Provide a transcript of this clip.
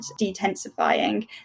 detensifying